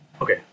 Okay